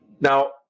Now